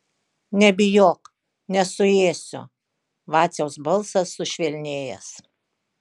nebijok nesuėsiu vaciaus balsas sušvelnėjęs